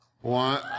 One